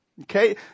okay